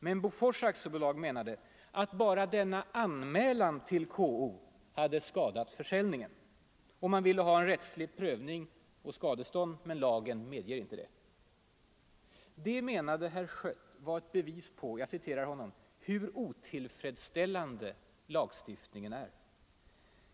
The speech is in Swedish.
Men Bofors AB menade att bara anmälan till KO hade skadat försäljningen. Man ville ha rättslig prövning och skadestånd, men miskt förtal miskt förtal lagen medger inte det. Det menade herr Schött var bevis på ”hur otillfredsställande lagstiftningen är”.